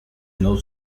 not